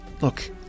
Look